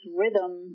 rhythm